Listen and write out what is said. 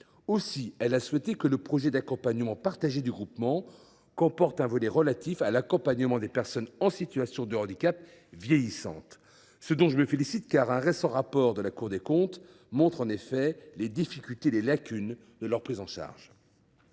Aussi a t elle souhaité que le projet d’accompagnement partagé du groupement comporte un volet relatif à l’accompagnement des personnes en situation de handicap vieillissantes. Je m’en félicite, car un récent rapport de la Cour des comptes souligne les lacunes dans leur prise en charge.